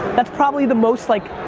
that's probably the most, like